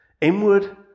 inward